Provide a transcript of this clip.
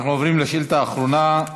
אנחנו עוברים לשאילתה האחרונה,